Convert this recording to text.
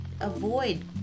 avoid